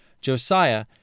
Josiah